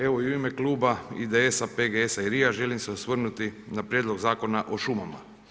Evo i u ime kluba IDS-a, PGS-a i RI-a želim se osvrnuti na Prijedlog zakona o šumama.